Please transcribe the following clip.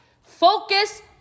Focus